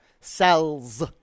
cells